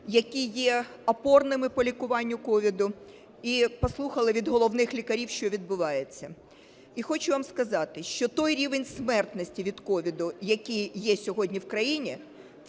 які є опорними по лікуванню COVID, і послухали від головних лікарів що відбувається. І хочу вам сказати, що той рівень смертності від COVID, який є сьогодні в країні,